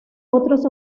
otros